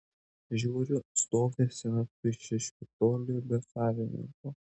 žiūriu stovi sena tuščia špitolė be savininko